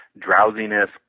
drowsiness